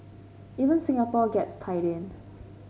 even Singapore gets tied in